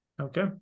Okay